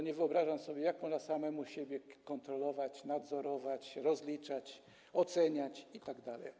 Nie wyobrażam sobie, jak można samego siebie kontrolować, nadzorować, rozliczać, oceniać itd.